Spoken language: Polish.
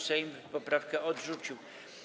Sejm poprawkę odrzucił.